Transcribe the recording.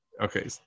Okay